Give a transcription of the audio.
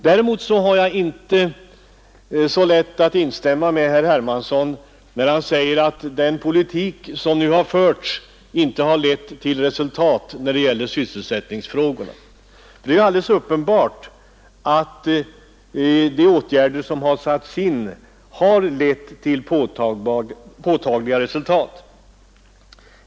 Däremot har jag inte så lätt att instämma med herr Hermansson när han säger att den politik som nu har förts inte har lett till resultat i fråga om sysselsättningen. Det är alldeles uppenbart att de åtgärder som har satts in har lett till påtagliga resultat.